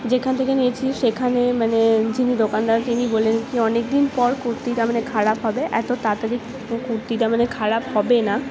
যেখান থেকে নিয়েছি সেখানে মানে যিনি দোকানদার তিনি বললেন কি অনেকদিন পর কুর্তিটা মানে খারাপ হবে এত তাড়াতাড়ি কুর্তিটা মানে খারাপ হবে না